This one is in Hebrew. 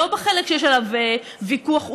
לא בחלק שיש עליו ויכוח עובדתי,